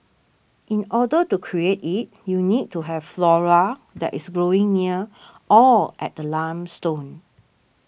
in order to create it you need to have flora that is growing near or at the limestone